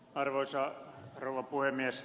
arvoisa rouva puhemies